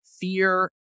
fear